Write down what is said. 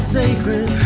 sacred